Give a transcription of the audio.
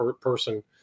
person